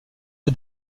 que